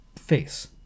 face